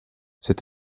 cette